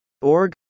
Org